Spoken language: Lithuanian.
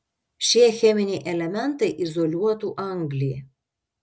šie cheminiai elementai izoliuotų anglį